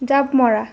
জাঁপ মৰা